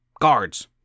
Guards